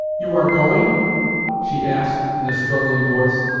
you are going she asked, in a struggling voice.